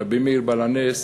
רבי מאיר בעל הנס,